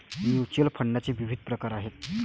mutual फंडाचे विविध प्रकार आहेत